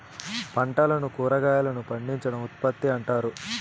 పంటలను కురాగాయలను పండించడం ఉత్పత్తి అంటారు